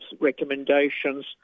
recommendations